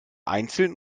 einzeln